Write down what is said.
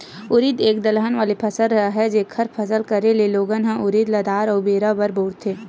उरिद एक दलहन वाले फसल हरय, जेखर फसल करे ले लोगन ह उरिद ल दार अउ बेरा बर बउरथे